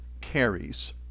carries